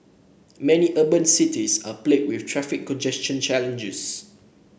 many urban cities are plagued with traffic congestion challenges